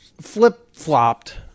flip-flopped